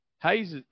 Hayes